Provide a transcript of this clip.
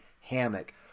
Hammock